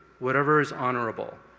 whatever is honorable,